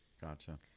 Gotcha